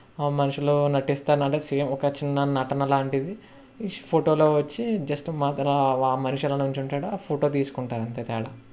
మనుషులు నటిస్తాను అంటే సేమ్ ఒక చిన్న నటన లాంటిది ఫోటోలో వచ్చి జస్ట్ మాత్రం ఆ మనిషి అలా నిలుచుంటాడు ఆ ఫోటో తీసుకుంటారు అంతే తేడా